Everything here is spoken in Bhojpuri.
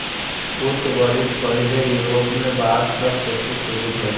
कुछ बरिस पहिले यूरोप में बांस क खेती शुरू भइल बा